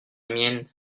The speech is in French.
mienne